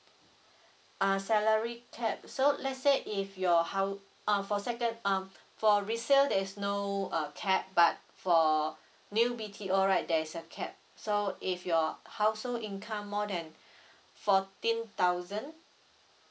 ah salary cap so let's say if your hou~ ah for second um for resale there is no uh cap but for new B_T_O right there is a cap so if your household income more than fourteen thousand